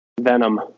venom